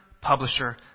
publisher